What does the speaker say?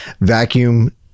vacuum